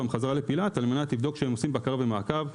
חזרה לפילת על מנת לבדוק שהם עושים בקרה ומעקב,